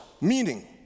meaning